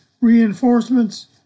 reinforcements